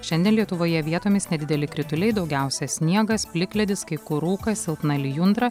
šiandien lietuvoje vietomis nedideli krituliai daugiausia sniegas plikledis kai kur rūkas silpna lijundra